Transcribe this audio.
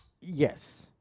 yes